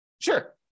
Sure